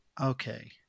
Okay